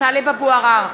טלב אבו עראר,